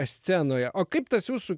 scenoje o kaip tas jūsų